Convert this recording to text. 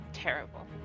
Terrible